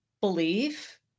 belief